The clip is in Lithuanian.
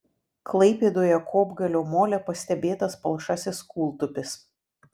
klaipėdoje kopgalio mole pastebėtas palšasis kūltupis